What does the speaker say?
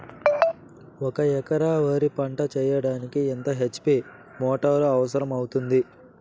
ఒక ఎకరా వరి పంట చెయ్యడానికి ఎంత హెచ్.పి మోటారు అవసరం అవుతుంది?